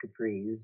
capris